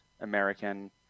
American